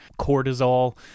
cortisol